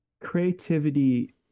creativity